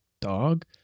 dog